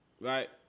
right